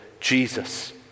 Jesus